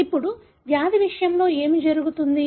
ఇప్పుడు వ్యాధి విషయంలో ఏమి జరుగుతుంది